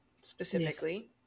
specifically